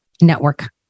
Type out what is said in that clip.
network